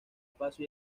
paso